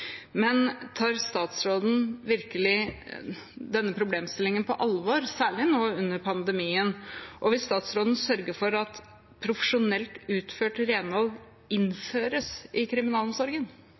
Men tar statsråden virkelig denne problemstillingen på alvor, særlig nå under pandemien, og vil statsråden sørge for at profesjonelt utført renhold